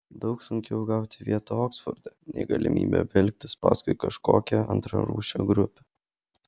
daug sunkiau gauti vietą oksforde nei galimybę vilktis paskui kažkokią antrarūšę grupę